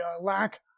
lack